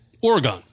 Oregon